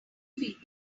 feed